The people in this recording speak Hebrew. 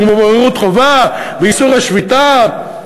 כמו בוררות חובה ואיסור השביתה,